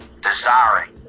desiring